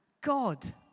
God